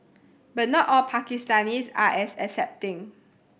but not all Pakistanis are as accepting